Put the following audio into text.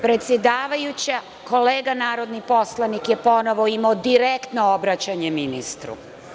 Predsedavajuća, kolega narodni poslanik je ponovo imao direktno obraćanje ministru.